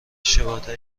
شباهت